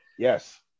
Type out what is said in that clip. Yes